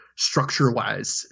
structure-wise